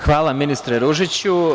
Hvala ministre Ružiću.